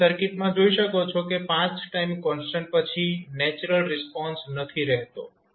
તો તમે સર્કિટમાં જોઈ શકો છો કે 5 ટાઈમ કોન્સ્ટન્ટ પછી નેચરલ રિસ્પોન્સ નથી રહેતો